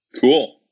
Cool